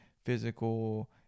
physical